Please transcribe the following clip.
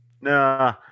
Nah